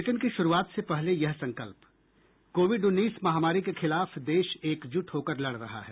bulletin की शुरूआत से पहले ये संकल्प कोविड उन्नीस महामारी के खिलाफ देश एकजुट होकर लड़ रहा है